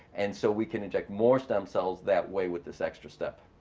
and so we can inject more stem cells that way with this extra step.